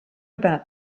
about